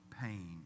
pain